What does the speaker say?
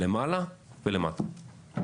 למעלה ולמטה.